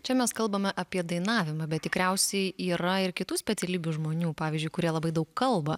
čia mes kalbame apie dainavimą bet tikriausiai yra ir kitų specialybių žmonių pavyzdžiui kurie labai daug kalba